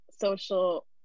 social